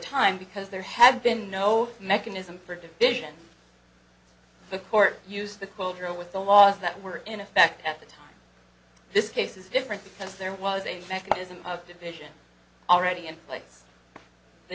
time because there had been no mechanism for division the court used the quote drill with the laws that were in effect at the time this case is different because there was a mechanism of division already in place the